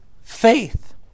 faith